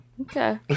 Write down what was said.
Okay